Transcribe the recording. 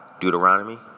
Deuteronomy